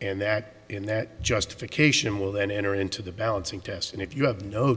and that in that justification will then enter into the balancing test and if you have no